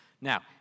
Now